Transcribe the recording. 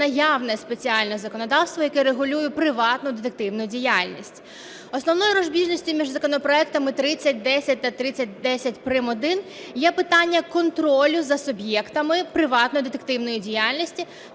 наявне спеціальне законодавство, яке регулює приватну детективну діяльність. Основною розбіжністю між законопроектами 3010 та 3010 прим.1 є питання контролю за суб'єктами приватної детективної діяльності